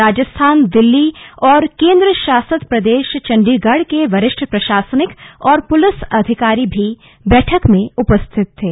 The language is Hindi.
राजस्थान दिल्ली और केंद्रशासित प्रदेश चंडीगढ़ के वरिष्ठ प्रशासनिक और पुलिस अधिकारी भी बैठक में उपस्थित थे